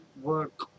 work